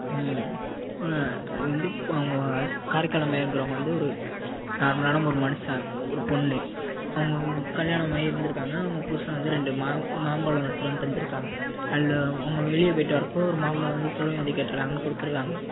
அது வந்து அவங்க காரைக்கால் அம்மையாருங்கிறவங்க வந்து ஒரு நார்மலான ஒரு மனுஷன் ஒரு பொண் அவங்க கல்யாணம் ஆயி இருந்துருக்காங்க அவங்க புருஷன் வந்து ரெண்டு மாம்பழம் எடுத்துட்டு வந்து தந்திருக்காங்க அவங்க வெளியே போய்ட்டு வரப்போ ஒரு மாம்பழம் வந்து துறவி வந்து கேட்டுருக்காங்கன்னு கொடுத்துருக்காங்க